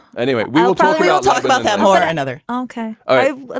anyway, we'll talk we'll talk about that more. another. ok. all right.